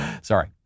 sorry